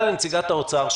שמופנה לנציגת משרד האוצר,